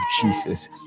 Jesus